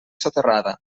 soterrada